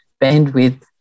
bandwidth